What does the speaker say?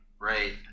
Right